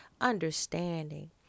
understanding